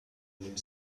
wind